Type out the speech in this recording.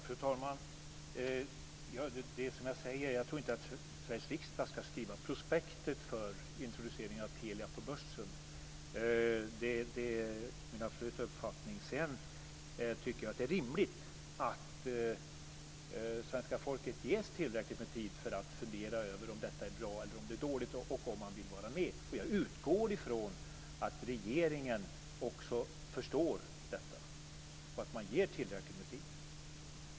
Fru talman! Jag tror inte att Sveriges riksdag ska skriva prospektet för introduceringen av Telia på börsen. Det är min absoluta uppfattning. Jag tycker att det är rimligt att svenska folket ges tillräckligt med tid för att fundera om detta är bra eller dåligt och om man vill vara med. Jag utgår ifrån att regeringen också förstår detta och ger tillräckligt med tid.